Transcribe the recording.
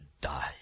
die